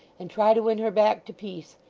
and try to win her back to peace.